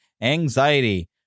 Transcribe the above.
anxiety